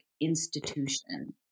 institution